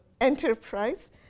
enterprise